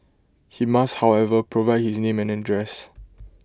he must however provide his name and address